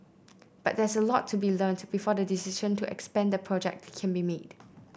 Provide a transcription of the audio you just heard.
but there's a lot to be learnt before the decision to expand the project can be made